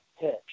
pitch